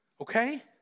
Okay